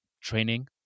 training